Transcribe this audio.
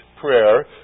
prayer